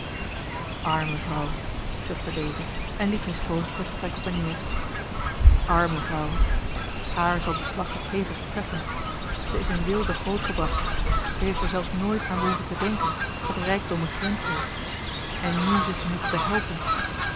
arme vrouw zuchtte deze en liep mistroostig het vertrek op en neer arme vrouw haar zal de slag het hevigst treffen ze is eli heimans willem roda in weelde grootgebracht ze heeft er zelfs nooit aan behoeven te denken dat rijkdom een grens heeft en nu zich te moeten behelpen